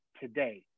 today